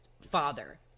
father